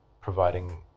providing